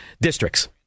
districts